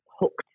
hooked